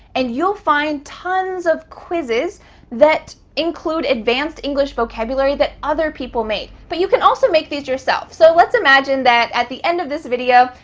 and you'll find tons of quizzes that include advanced english vocabulary that other people made. but you can also make these yourself. so let's imagine that at the end of this video,